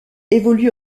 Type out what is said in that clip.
évolue